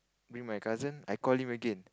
bring my cousin I call him again